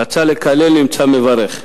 רצה לקלל, נמצא מברך.